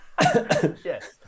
Yes